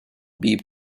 beep